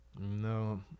No